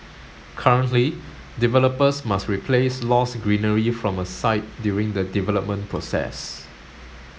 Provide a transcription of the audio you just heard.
currently developers must replace lost greenery from a site during the development process